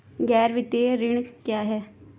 गैर वित्तीय ऋण क्या है?